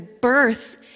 birth